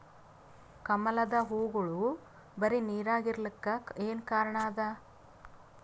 ಕಮಲದ ಹೂವಾಗೋಳ ಬರೀ ನೀರಾಗ ಇರಲಾಕ ಏನ ಕಾರಣ ಅದಾ?